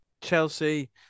Chelsea